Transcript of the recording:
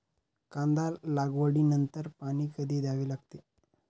कांदा लागवडी नंतर पाणी कधी द्यावे लागते?